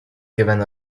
given